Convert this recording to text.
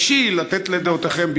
אישי לתת לדעותיכן, נכון.